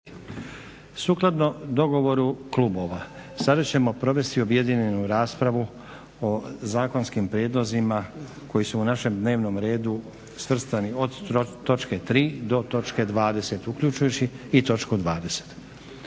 Sukladno dogovoru klubova sada ćemo provesti objedinjenu raspravu o zakonskim prijedlozima koji su u našem dnevnom redu svrstani od točke 3. do točke 20. uključujući i točku 20.